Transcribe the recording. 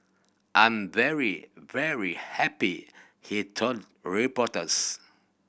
I'm very very happy he told reporters